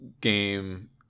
game